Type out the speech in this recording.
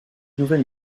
nouvelle